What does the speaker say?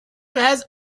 has